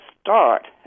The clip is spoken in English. start